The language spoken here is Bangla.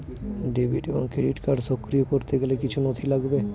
ডেবিট এবং ক্রেডিট কার্ড সক্রিয় করতে গেলে কিছু নথি লাগবে?